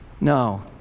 No